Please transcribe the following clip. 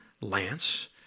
Lance